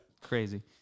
crazy